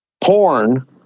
porn